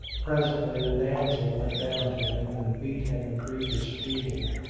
presently the damsel went down to him and beat him a grievous beating,